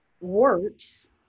works